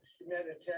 humanitarian